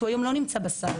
שלא נמצא היום בסל